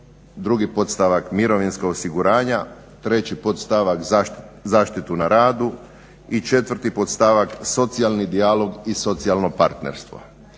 2. podstavak mirovinska osiguranja, 3. podstavak zaštitu na radu i 4.podstavak socijalni dijalog i socijalno partnerstvo.